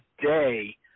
today